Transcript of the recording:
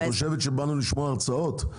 את חושבת שבאנו לשמוע הרצאות?